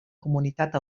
comunitat